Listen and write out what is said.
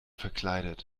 verkleidet